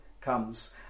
comes